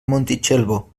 montitxelvo